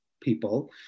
people